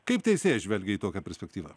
kaip teisėjai žvelgia į tokią perspektyvą